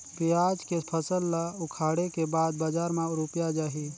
पियाज के फसल ला उखाड़े के बाद बजार मा रुपिया जाही?